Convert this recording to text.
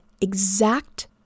exact